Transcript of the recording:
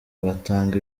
agatanga